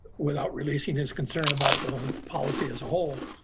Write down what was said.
without releasing his concern about the policy as a whole.